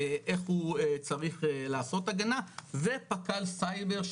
איך הוא צריך לעשות הגנה ופק"ל סייבר,